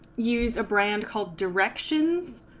use a brand called directions